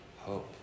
hope